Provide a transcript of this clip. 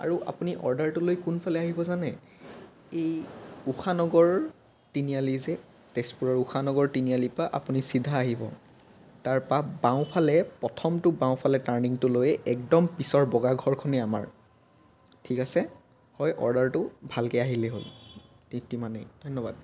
আৰু আপুনি অৰ্ডাৰটো লৈ কোনফালে আহিব জানে এই ঊষানগৰ তিনিআলি যে তেজপুৰৰ ঊষানগৰ তিনিআলিৰ পৰা আপুনি চিধা আহিব তাৰপৰা বাওঁফালে প্ৰথমটো বাওঁফালে টাৰ্ণিঙটো লৈয়ে একদম পিছৰ বগা ঘৰখনেই আমাৰ ঠিক আছে হয় অৰ্ডাৰটো ভালকৈ আহিলেই হ'ল তিমানেই ধন্যবাদ